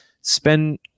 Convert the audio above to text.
Spend